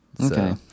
Okay